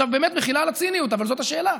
עכשיו, באמת, מחילה על הציניות, אבל זאת השאלה.